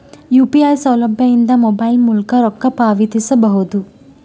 UPI ಸೌಲಭ್ಯ ಇಂದ mobile ಮೂಲಕ ರೊಕ್ಕ ಪಾವತಿಸ ಬಹುದಾ?